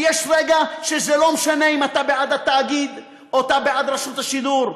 ויש רגע שזה לא משנה אם אתה בעד התאגיד או אתה בעד רשות השידור,